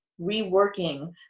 reworking